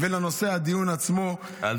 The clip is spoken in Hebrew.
ולנושא הדיון עצמו --- יפה.